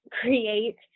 create